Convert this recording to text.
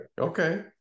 okay